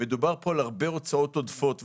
מדובר בהרבה הוצאות עודפות,